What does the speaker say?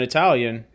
Italian